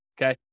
okay